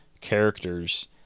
characters